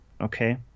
okay